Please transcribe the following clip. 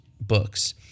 books